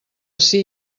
ací